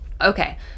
okay